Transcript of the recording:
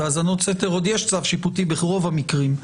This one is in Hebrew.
בהאזנות סתר עוד יש צו שיפוטי ברוב המקרים,